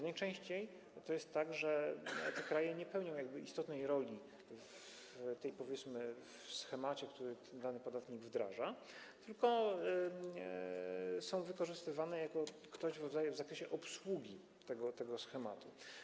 Najczęściej jest tak, że te kraje nie pełnią istotnej roli w schemacie, który dany podatnik wdraża, tylko są wykorzystywane jako ktoś w rodzaju... w zakresie obsługi tego schematu.